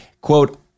quote